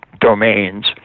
domains